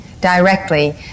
directly